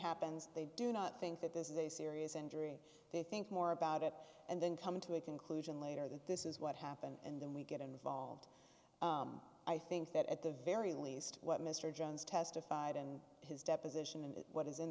happens they do not think that this is a serious injury they think more about it and then come to a conclusion later that this is what happened and then we get involved i think that at the very least what mr jones testified in his deposition and what is in